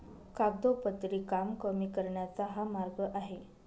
कागदोपत्री काम कमी करण्याचा हा मार्ग आहे